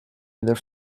either